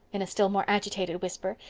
in a still more agitated whisper.